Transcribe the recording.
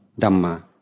dhamma